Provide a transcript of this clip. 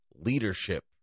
leadership